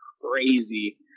crazy